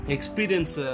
Experience